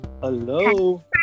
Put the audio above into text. Hello